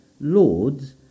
lords